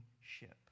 ship